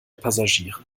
passagiere